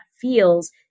feels